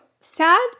Sad